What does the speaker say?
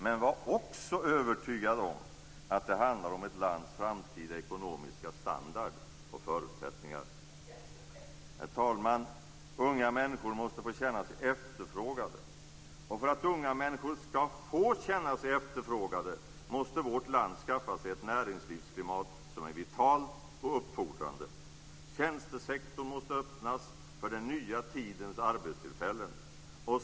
Men var också övertygade om att det handlar om ett lands framtida ekonomiska standard och förutsättningar! Herr talman! Unga människor måste få känna sig efterfrågade. För att unga människor skall få känna sig efterfrågade måste vårt land skaffa sig ett näringslivsklimat som är vitalt och uppfordrande. Tjänstesektorn måste öppnas för den nya tidens arbetstillfällen.